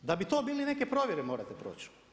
Da bi to bili neke provjere morate proći.